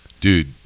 Dude